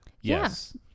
Yes